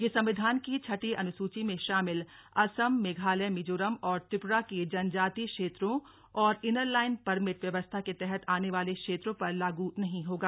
यह संविधान की छठी अनुसूची में शामिल असम मेघालय मिजोरम और त्रिपुरा के जनजातीय क्षेत्रों और इनरलाइन परमिट व्यवस्था के तहत आने वाले क्षेत्रों पर लागू नहीं होगा